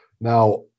Now